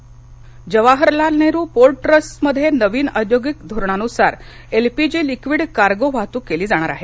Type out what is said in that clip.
JNPT Navi Mumbai Jawaharlal Nehru port trust मध्ये नवीन औद्योगिक धोरणानुसार एलपीजी लिक्विड कार्गो वाहतूक केली जाणार आहे